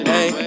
Hey